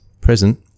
present